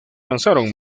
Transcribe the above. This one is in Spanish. lanzaron